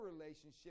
relationship